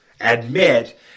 admit